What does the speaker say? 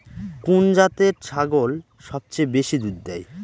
কোন জাতের ছাগল সবচেয়ে বেশি দুধ দেয়?